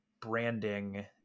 branding